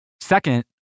Second